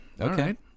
Okay